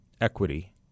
equity